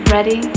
Ready